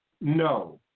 No